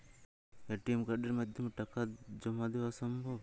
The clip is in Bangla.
এ.টি.এম কার্ডের মাধ্যমে টাকা জমা দেওয়া সম্ভব?